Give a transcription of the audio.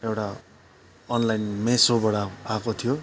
एउटा अनलाइन मिसोबाट आएको थियो